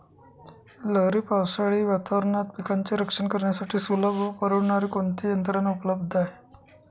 लहरी पावसाळी वातावरणात पिकांचे रक्षण करण्यासाठी सुलभ व परवडणारी कोणती यंत्रणा उपलब्ध आहे?